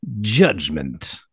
judgment